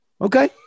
okay